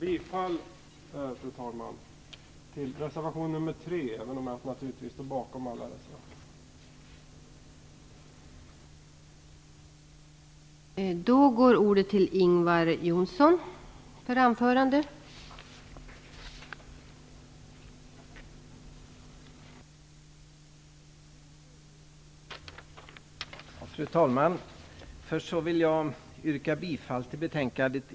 Jag yrkar bifall till reservation nr 3, även om jag naturligtvis står bakom alla reservationerna.